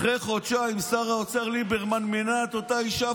אחרי חודשיים שר האוצר ליברמן מינה את אותה אישה,